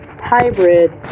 hybrid